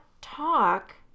talk